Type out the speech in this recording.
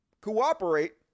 cooperate